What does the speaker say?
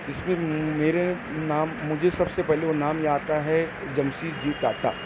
اس میں میرے نام مجھے سب سے پہلے وہ نام یاد آتا ہے جمشید جی ٹاٹا